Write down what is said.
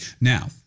Now